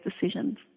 decisions